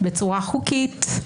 בצורה חוקית,